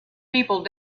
people